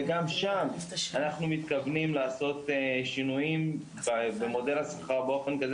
וגם שם אנחנו מתכוונים לעשות שינויים במודל השכר באופן כזה